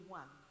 one